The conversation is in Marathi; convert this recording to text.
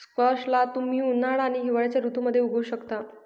स्क्वॅश ला तुम्ही उन्हाळा आणि हिवाळ्याच्या ऋतूमध्ये उगवु शकता